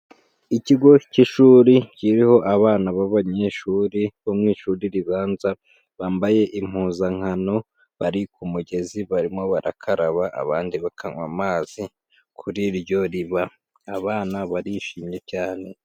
Ikigo cy'ishuri kiriho abana b'abanyeshuri bo mu ishuri ribanza, bambaye impuzankano bari ku mugezi barimo barakaraba abandi bakanywa amazi kuri ryo riba. Abana barishimye cyane.